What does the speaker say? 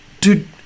Dude